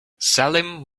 salim